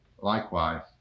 likewise